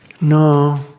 No